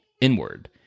inward